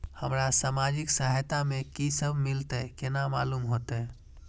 हमरा सामाजिक सहायता में की सब मिलते केना मालूम होते?